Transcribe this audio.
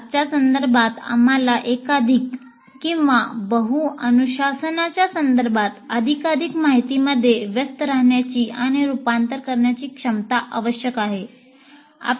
आजच्या संदर्भात आम्हाला एकाधिक किंवा बहु अनुशासनाच्या संदर्भात अधिकाधिक माहितीमध्ये व्यस्त राहण्याची आणि रूपांतर करण्याची क्षमता आवश्यक आहे